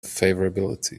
favorability